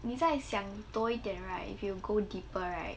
你在想多一点 right if you go deeper right